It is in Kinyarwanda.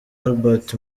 albert